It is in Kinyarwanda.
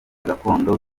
gakondo